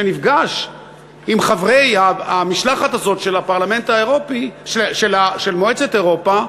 שנפגש עם חברי המשלחת הזאת של מועצת אירופה,